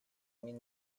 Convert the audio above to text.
mean